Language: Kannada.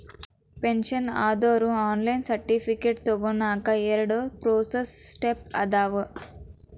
ಪೆನ್ಷನ್ ಆದೋರು ಆನ್ಲೈನ್ ಸರ್ಟಿಫಿಕೇಟ್ ತೊಗೋನಕ ಎರಡ ಪ್ರೋಸೆಸ್ ಸ್ಟೆಪ್ಸ್ ಅದಾವ